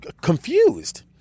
confused